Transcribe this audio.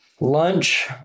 Lunch